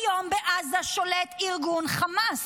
היום בעזה שולט ארגון חמאס.